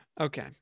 okay